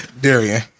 Darian